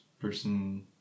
person